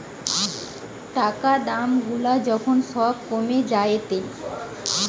টাকা দাম গুলা যখন সব কমে যায়েটে